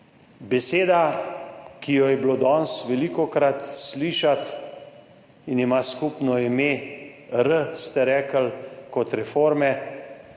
Beseda, ki jo je bilo danes velikokrat slišati in ima skupno ime, r, ste rekli, kot reforme,